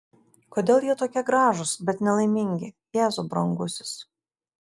kodėl jie tokie gražūs bet nelaimingi jėzau brangusis